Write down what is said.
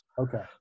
Okay